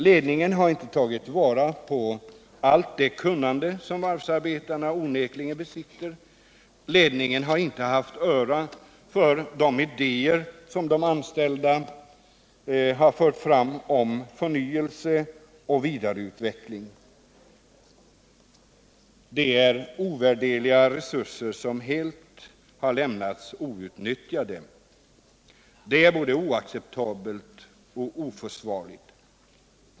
Ledningen har inte tagit vara på allt det kunnande som varvsarbetarna onekligen besitter och ledningen har inte haft öra för de idéer som de anställda fört fram om förnyelse och vidareutveckling. Det är ovärderliga resurser som helt har lämnats outnyttjade, och det är både oacceptabelt och oförsvarligt.